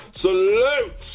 Salute